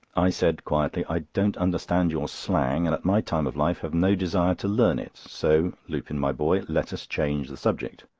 i said quietly i don't understand your slang, and at my time of life have no desire to learn it so, lupin, my boy, let us change the subject.